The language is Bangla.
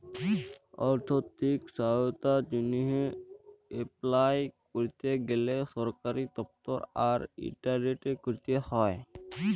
আথ্থিক সহায়তার জ্যনহে এপলাই ক্যরতে গ্যালে সরকারি দপ্তর আর ইলটারলেটে ক্যরতে হ্যয়